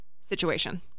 situation